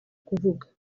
kuvuga